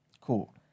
Cool